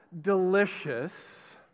delicious